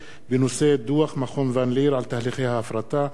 בנושא: דוח מכון ון-ליר על תהליכי ההפרטה,